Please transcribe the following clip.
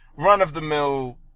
run-of-the-mill